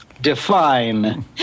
Define